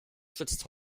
schützt